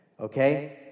okay